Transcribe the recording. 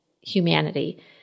humanity